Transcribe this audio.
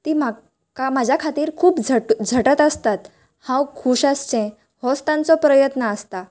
तीं म्हाका म्हाजा खातीर खूब झ झटत आसतात हांव खूश आसचें होच तांचो प्रयत्न आसता